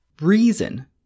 Reason